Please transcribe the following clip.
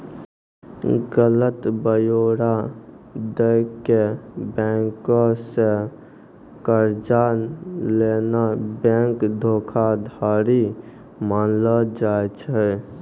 गलत ब्योरा दै के बैंको से कर्जा लेनाय बैंक धोखाधड़ी मानलो जाय छै